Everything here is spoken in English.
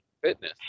fitness